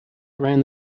around